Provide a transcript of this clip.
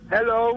Hello